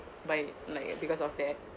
by like because of that